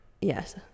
Yes